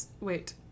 Wait